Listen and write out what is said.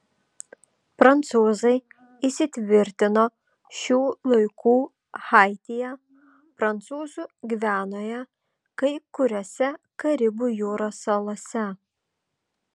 prancūzai įsitvirtino šių laikų haityje prancūzų gvianoje kai kuriose karibų jūros salose